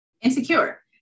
Insecure